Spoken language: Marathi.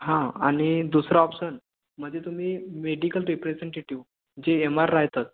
हां आणि दुसरा ऑप्सन म्हणजे तुम्ही मेडिकल रिप्रेझेंटेटीव जे एम आर राहतात